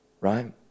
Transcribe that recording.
right